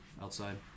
outside